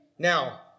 Now